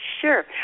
sure